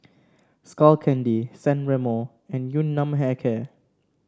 Skull Candy San Remo and Yun Nam Hair Care